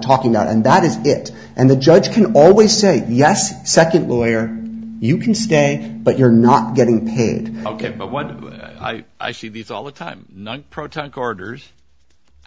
talking about and that is it and the judge can always say yes second lawyer you can stay but you're not getting ok but what i see these all the time proton carders